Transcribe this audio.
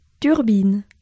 Turbine